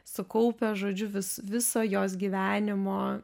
sukaupę žodžiu vis viso jos gyvenimo